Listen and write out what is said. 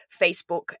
Facebook